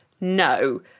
no